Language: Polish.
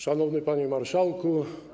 Szanowny Panie Marszałku!